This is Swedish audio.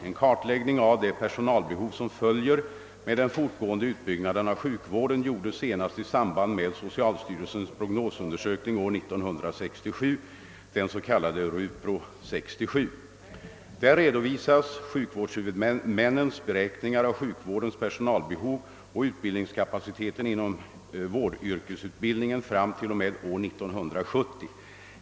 En kartläggning av det personalbehov som följer med den fortgående utbyggnaden av sjukvården gjordes senast i samband med socialstyrelsens prognosundersökning år 1967, den s.k. Rupro 67. Där redovisas sjukvårdshuvudmännens beräkningar av sjukvårdens personalbehov och utbildningskapaciteten inom vårdyrkesutbildningen fram t.o.m. år 1970.